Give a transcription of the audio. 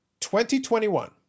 2021